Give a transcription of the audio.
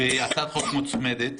והצעת חוק מוצמדת?